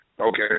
Okay